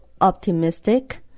optimistic